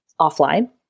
offline